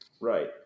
Right